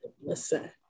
Listen